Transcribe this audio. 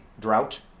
drought